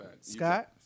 Scott